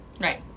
Right